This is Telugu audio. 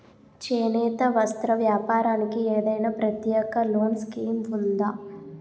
చేనేత వస్త్ర వ్యాపారానికి ఏదైనా ప్రత్యేక లోన్ స్కీం ఉందా?